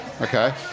Okay